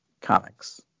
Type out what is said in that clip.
comics